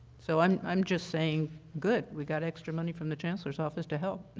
so um i am just saying good. we've got extra money from the chancellor's office to help.